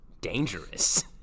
dangerous